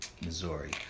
Missouri